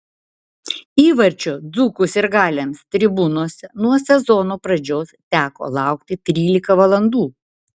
įvarčio dzūkų sirgaliams tribūnose nuo sezono pradžios teko laukti trylika valandų